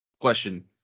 Question